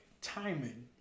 Timing